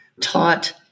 taught